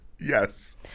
Yes